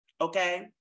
okay